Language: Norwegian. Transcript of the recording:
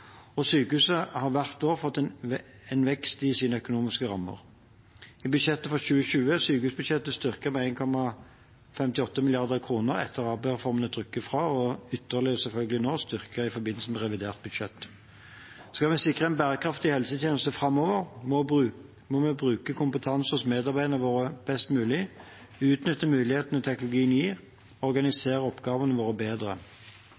og sykehusene har hvert år fått en vekst i sine økonomiske rammer. I budsjettet for 2020 ble sykehusbudsjettet styrket med 1,58 mrd. kr etter at ABE-reformen er trukket fra, og er selvfølgelig nå ytterligere styrket i forbindelse med revidert budsjett. Skal vi sikre en bærekraftig helsetjeneste framover, må vi bruke kompetansen hos medarbeiderne våre best mulig, utnytte mulighetene teknologien gir, og organisere oppgavene våre bedre.